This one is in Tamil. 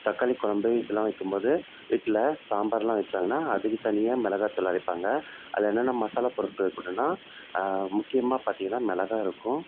தக்காளிக் கொழம்பு இதெல்லாம் வைக்கும்போது வீட்டில் சாம்பாரெலாம் வெச்சாங்கன்னால் அதுக்குத் தனியாக மிளகாத்தூள் அரைப்பாங்க அதில் என்னென்ன மசாலா பொருட்கள் இருக்கணுன்னா முக்கியமாக பார்த்திங்கன்னா மிளகா இருக்கும்